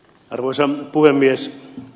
arvoisa puhemies